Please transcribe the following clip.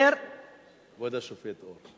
כבוד השופט אור.